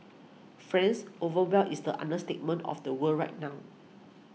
friends overwhelmed is the understatement of the world right now